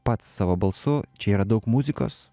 pats savo balsu čia yra daug muzikos